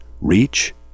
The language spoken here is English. reach